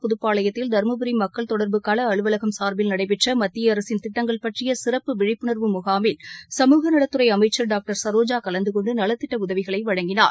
புதுப்பாளையத்தில் தர்மபுரி மக்கள் தொடர்பு கள அலுவலகம் சார்பில் நடைபெற்ற மத்திய அரசின் திட்டங்கள் பற்றிய சிறப்பு விழிப்புணர்வு முகாமில் சமூக நலத் துறை அமைச்சர் டாக்டர் சரோஜா கலந்து கொண்டு நலத்திட்ட உதவிகளை வழங்கினார்